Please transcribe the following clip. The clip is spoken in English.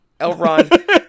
Elrond